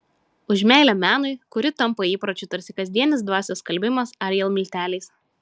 už meilę menui kuri tampa įpročiu tarsi kasdienis dvasios skalbimas ariel milteliais